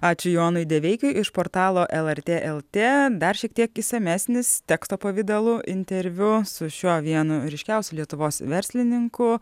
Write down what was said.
ačiū jonui deveikai iš portalo lrt lt dar šiek tiek išsamesnis teksto pavidalu interviu su šiuo vienu ryškiausių lietuvos verslininkų